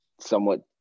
somewhat